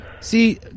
see